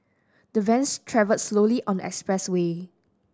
the vans travelled slowly on the expressway